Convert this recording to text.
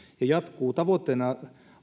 jatkuu tavoitteena